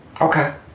Okay